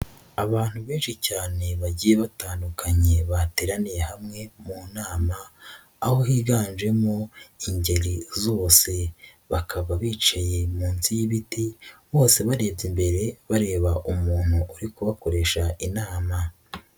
Abantu benshi cyane bagiye batandukanye bateraniye hamwe mu nama, aho higanjemo ingeri zose, bakaba bicaye munsi y'ibiti, bose barebye imbere, bareba umuntu uri kubakoresha inama.